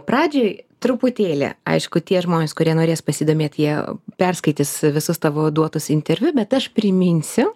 pradžiai truputėlį aišku tie žmonės kurie norės pasidomėt jie perskaitys visus tavo duotus interviu bet aš priminsiu